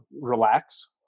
relax